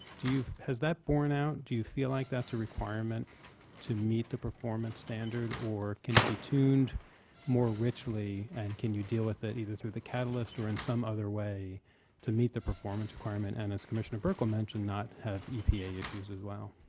do you has that born out, do you feel like that's a requirement to meet the performance standard or can it be tuned more ritually and can you deal with it either through the catalyst or in some other way to meet their performance requirement. and as commissioner buerkle mentioned not have epa issues as well.